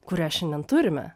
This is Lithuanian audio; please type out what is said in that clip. kurią šiandien turime